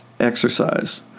Exercise